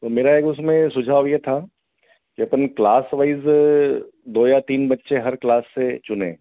तो मेरा एक उसमें सुझाव यह था कि अपन क्लास वाइज़ दो या तीन बच्चे हर क्लास से चुनें